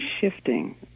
shifting